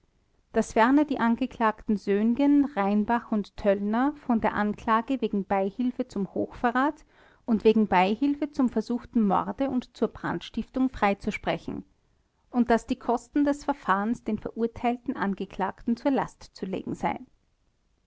daß ferner die angeklagten söhngen rheinbach und töllner von der anklage wegen beihilfe zum hochverrat und wegen beihilfe zum versuchten morde und zur brandstiftung freizusprechen und daß die kosten des verfahrens den verurteilten angeklagten zur last zu legen seien